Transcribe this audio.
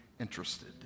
interested